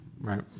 right